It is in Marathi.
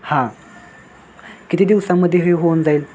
हां किती दिवसामध्ये हे होऊन जाईल